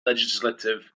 legislative